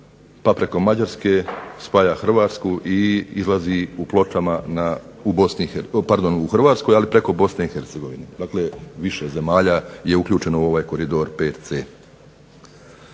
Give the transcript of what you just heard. preko Mađarske, spaja Hrvatsku i izlazi u Pločama u Hrvatskoj ali preko Bosne i Hercegovine, dakle više zemalja je uključeno u ovaj Koridor 5c.